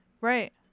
Right